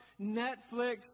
Netflix